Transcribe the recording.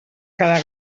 cada